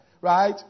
right